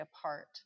apart